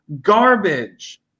garbage